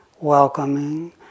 welcoming